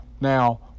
Now